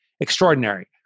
Extraordinary